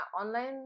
online